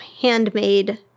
handmade